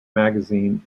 magazine